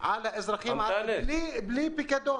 על האזרחים הערביים בלי פיקדון.